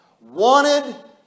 Wanted